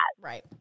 Right